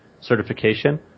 certification